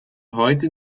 heute